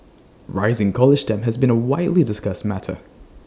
rising college debt has been A widely discussed matter